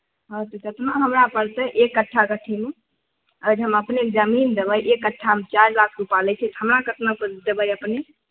हॅं तऽ केतना हमरा परतै एक कट्ठा कट्ठीमे आइ जे हम अपनेकेॅं हम जमीन देबै एक कट्ठामे चारि लाख रूपा लै छै तऽ हमरा केतना देबै अपने